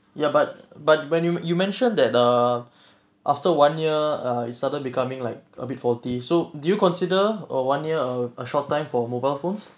ya but but when you you mentioned that err after one year uh it started becoming like a bit faulty so do you consider err one year err a short time for mobile phones